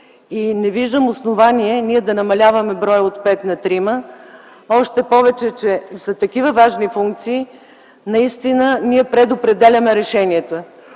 и не виждам основание да намаляваме броя от 5 на 3 още повече, че с такива важни функции наистина предопределяме решенията.